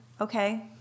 okay